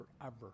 forever